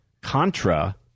Contra